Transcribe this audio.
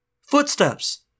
Footsteps